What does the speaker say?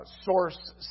source